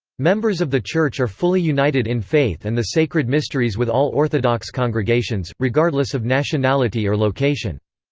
members of the church are fully united in faith and the sacred mysteries with all orthodox congregations, regardless of nationality or location.